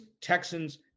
Texans